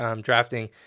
drafting